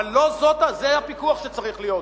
אבל לא זה הפיקוח שצריך להיות.